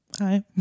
hi